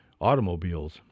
automobiles